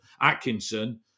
Atkinson